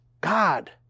God